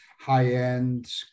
high-end